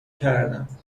کردم